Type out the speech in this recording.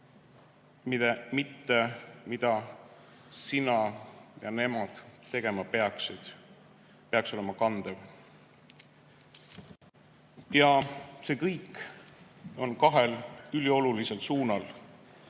mida sina ja nemad tegema peaks, peaks olema kandev. Ja see kõik on kahe üliolulise